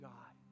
God